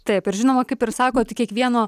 taip ir žinoma kaip ir sakot kiekvieno